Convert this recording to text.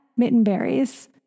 Mittenberries